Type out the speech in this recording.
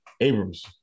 Abrams